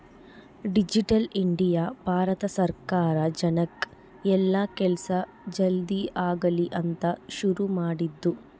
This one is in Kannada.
ಡಿಜಿಟಲ್ ಇಂಡಿಯ ಭಾರತ ಸರ್ಕಾರ ಜನಕ್ ಎಲ್ಲ ಕೆಲ್ಸ ಜಲ್ದೀ ಆಗಲಿ ಅಂತ ಶುರು ಮಾಡಿದ್ದು